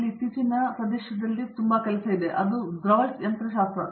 ನಮ್ಮ ಸಂದರ್ಶನ ಪ್ರಕ್ರಿಯೆ ನಾವು ಆಯ್ಕೆ ಪ್ರಕ್ರಿಯೆ ಮೂಲಭೂತವನ್ನು ಮಾತ್ರ ಪರೀಕ್ಷಿಸುತ್ತೇವೆ